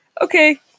Okay